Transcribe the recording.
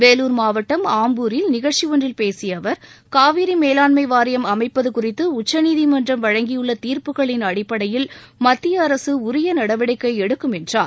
வேலூர் மாவட்டம் ஆம்பூரில் நிகழ்ச்சி ஒன்றில் பேசிய அவர் காவிரி மேலாண்மை வாரியம் அமைப்பது குறித்து உச்சநீதிமன்றம் வழங்கியுள்ள தீர்ப்புகளின் அடிப்படையில் மத்திய அரசு உரிய நடவடிக்கை எடுக்கும் என்றார்